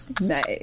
Nice